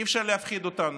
אי-אפשר להפחיד אותנו,